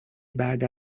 بعد